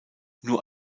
nur